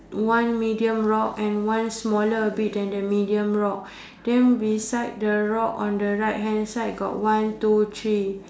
one medium rock and one smaller at it than the medium rock then beside the rock on the right hand side got one two three